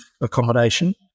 accommodation